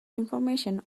information